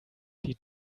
die